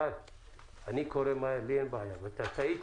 הנושא על סדר-היום: הצעת